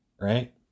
right